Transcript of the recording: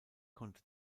konnte